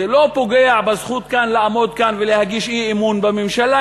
זה לא פוגע בזכות לעמוד כאן ולהגיש אי-אמון בממשלה,